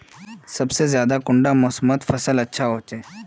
सबसे ज्यादा कुंडा मोसमोत फसल अच्छा होचे?